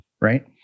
right